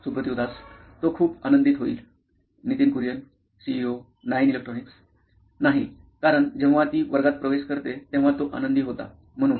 Suprativ Das CTO nine electronics तो खूप आनंदित होईल Nitin Kurian COO nine electronics नाही कारण जेव्हा ती वर्गात प्रवेश करते तेव्हा तो आनंदी होता म्हणून